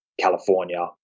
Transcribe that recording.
California